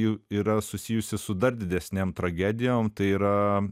jų yra susijusi su dar didesnėm tragedijom tai yra